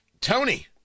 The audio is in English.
Tony